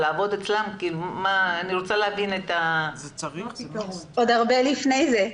אני רוצה להבין --- עוד הרבה לפני זה.